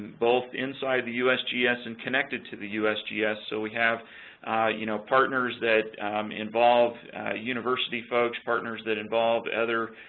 both inside the usgs and connected to the usgs, so we have you know partners that involve university folks, partners that involve other